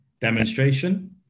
demonstration